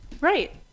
Right